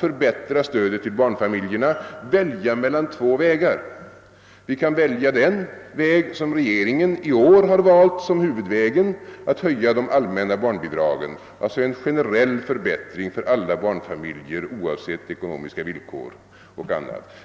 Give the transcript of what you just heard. förbättra stödet till barnfamiljerna välja mellan två vägar. Vi kan välja den väg som regeringen i år har valt som huvudväg, nämligen att höja de allmänna barnbidragen, alltså en generell förbättring för alla barnfamiljer oavsett ekonomiska villkor och annat.